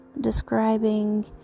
describing